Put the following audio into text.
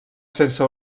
sense